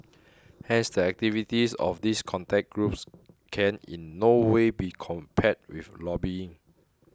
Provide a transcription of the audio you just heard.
hence the activities of these contact groups can in no way be compared with lobbying